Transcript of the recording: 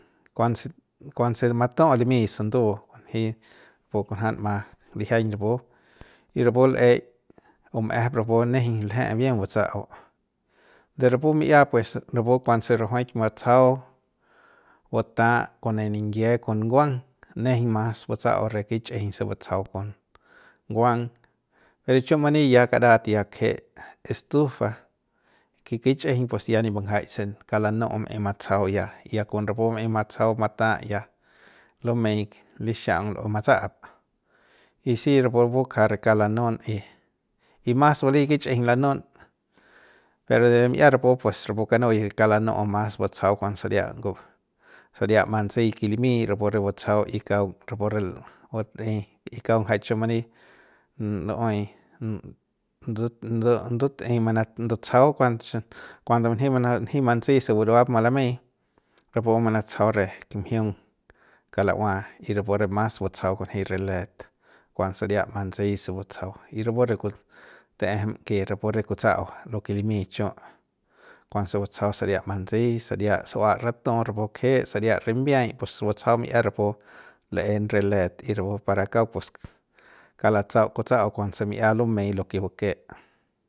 Kuanse kuanse matu'u limi sundu njei o kunjanma lijiañ rapu y rapu l'eik bum'ejep rapu nejeiñ lje'e bien butsa'au de rapu mi'ia pues rapu kuanse rajuik mbutsajau buta kon ne niyie kon nguang nejeiñ mas butsa'au re kich'ijiñ se batsajau kon nguang chiu mani ya karat ya kje'e estufa ke kich'ijiñ pues ya nip mbanjaik se kauk lanu'u maei matsajau ya ya kon rapu maei matsajau mata'a ya lumei lixaung lu'uey matsa'ap y si rapu ku buk'aja re kauk lanun y y mas bali kich'ijiñ lanun pero de mi'ia rapu pues rapu kanui pu kauk re kauk lanu'u pu mas batsajau kuanse saria ngu saria mantsi ke limy rapu re batsajau y kau rapu re bat'ey y kauk ngja chiu mani nu'uey ndu ndu ndut'ey ma ndutsajau kuanso kuando njima njima mantsi se buruap malamey rapu manatsajau re kimjiung kala'ua y rapu re mas batsajau kunji re let kuanse saria mantsi se batsajau y rapu re taejem rapu re kutsa'au lo ke limi chiu kuanse batsajau saria mantsi saria su'ua ratu rapu kje saria rimbiay pus batsajau mi'ia rapu le'en re let y rapu para kauk pus kauk latsau kutsa'au kuanse mi'ia lumey lo ke vake.